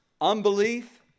unbelief